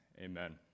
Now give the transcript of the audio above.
Amen